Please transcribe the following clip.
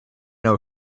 know